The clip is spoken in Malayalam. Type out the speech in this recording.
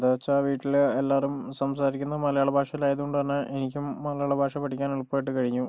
എന്താ വെച്ചാൽ വീട്ടില് എല്ലാവരും സംസാരിക്കുന്നത് മലയാളഭാഷയില് ആയതുകൊണ്ട് തന്നെ എനിക്കും മലയാളഭാഷ പഠിക്കാൻ എളുപ്പമായിട്ട് കഴിഞ്ഞു